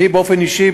אני באופן אישי,